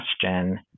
question